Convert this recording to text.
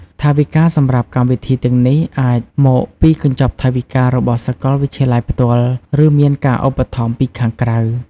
ថវិការសម្រាប់កម្មវិធីទាំងនេះអាចមកពីកញ្ចប់ថវិការបស់សាកលវិទ្យាល័យផ្ទាល់ ឬមានការឧបត្ថម្ភពីខាងក្រៅ។